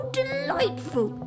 delightful